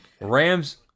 Rams